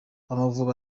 amavubi